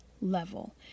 level